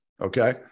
Okay